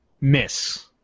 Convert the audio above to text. miss